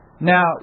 Now